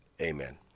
Amen